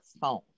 phone